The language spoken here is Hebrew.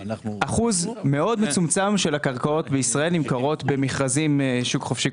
אחוז מאוד מצומצם של הקרקעות בישראל נמכרות במכרזים שוק חופשי,